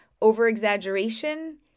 over-exaggeration